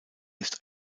ist